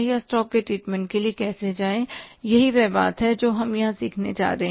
या स्टॉक के ट्रीटमेंट के लिए कैसे जाएं यही वह बात है जो हम यहां सीखने जा रहे हैं